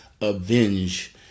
avenge